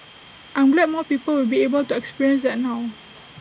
I'm glad more people will be able to experience that now